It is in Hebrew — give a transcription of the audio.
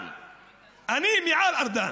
אני מעל ארדן,